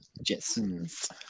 Jetsons